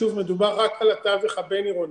שוב, מדובר רק על התווך הבין עירוני,